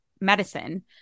medicine